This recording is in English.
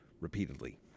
repeatedly